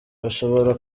bashobora